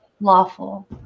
lawful